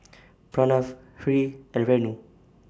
Pranav Hri and Renu